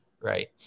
right